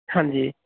ਹਾਂਜੀ